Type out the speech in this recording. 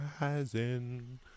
rising